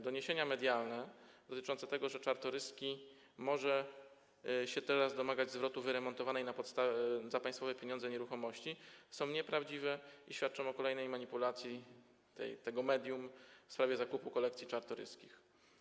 Doniesienia medialne dotyczące tego, że Czartoryski może się teraz domagać zwrotu wyremontowanej za państwowe pieniądze nieruchomości, są nieprawdziwe i świadczą o kolejnej manipulacji tego medium w sprawie zakupu kolekcji Czartoryskich.